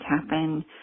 happen